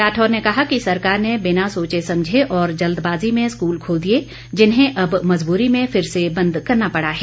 राठौर ने कहा कि सरकार ने बिना सोचे समझे और जल्दबाजी में स्कूल खोल दिए जिन्हें अब मजबूरी में फिर से बंद करना पड़ा है